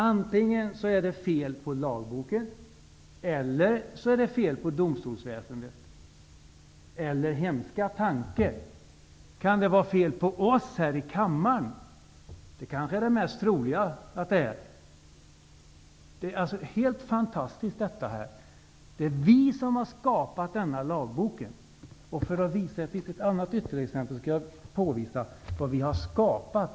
Antingen är det fel på lagboken, eller också är det fel på domstolsväsendet. Eller, hemska tanke, kan det vara fel på oss här i kammaren? Det kanske är det mest troliga. Det här är alltså helt fantastiskt. Det är ju vi som har skapat denna lagbok. Jag vill ge ytterligare ett exempel på vad vi har skapat.